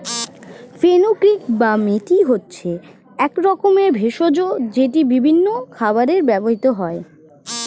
fenugreek বা মেথি হচ্ছে এক রকমের ভেষজ যেটি বিভিন্ন খাবারে ব্যবহৃত হয়